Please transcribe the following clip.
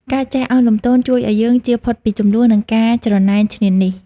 ការចេះឱនលំទោនជួយឱ្យយើងជៀសផុតពីជម្លោះ និងការច្រណែនឈ្នានីស។